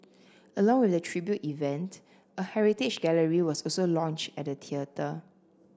along with the tribute event a heritage gallery was also launched at the theatre